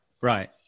right